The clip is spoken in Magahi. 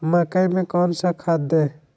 मकई में कौन सा खाद दे?